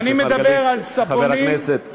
חבר הכנסת,